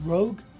Rogue